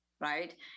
right